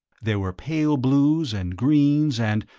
there were pale blues and greens and,